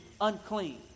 unclean